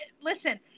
Listen